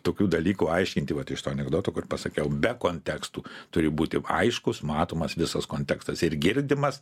tokių dalykų aiškinti vad iš to anekdoto kur pasakiau be kontekstų turi būti aiškus matomas visas kontekstas ir girdimas